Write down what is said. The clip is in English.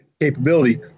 capability